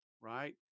Right